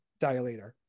dilator